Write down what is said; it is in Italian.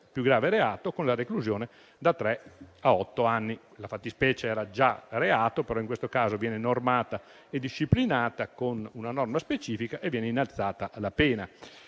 più grave reato, con la reclusione da tre a otto anni. La fattispecie era già reato, ma in questo caso viene normata e disciplinata con una norma specifica e viene innalzata la pena.